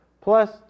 Plus